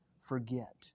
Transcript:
forget